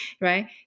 right